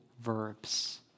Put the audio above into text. verbs